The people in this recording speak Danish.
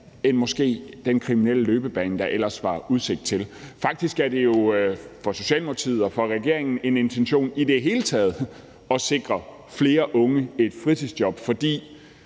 end den kriminelle løbebane, der måske ellers var udsigt til. Faktisk er det jo fra Socialdemokratiets og regeringens side en intention i det hele taget at sikre flere unge et fritidsjob, fordi